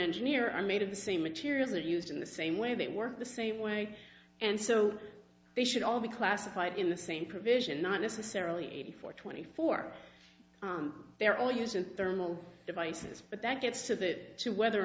engineer are made of the same materials are used in the same way they work the same way and so they should all be classified in the same provision not necessarily eighty four twenty four they're all using thermal devices but that gets a bit too whether or